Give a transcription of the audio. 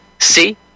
See